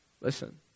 Listen